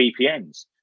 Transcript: VPNs